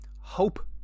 hope